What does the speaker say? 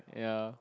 ya